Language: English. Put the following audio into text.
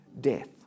death